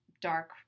Dark